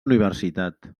universitat